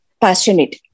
passionate